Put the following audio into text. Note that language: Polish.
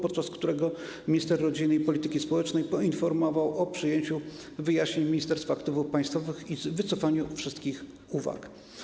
Podczas posiedzenia minister rodziny i polityki społecznej poinformował o przyjęciu wyjaśnień Ministerstwa Aktywów Państwowych i wycofaniu wszystkich uwag.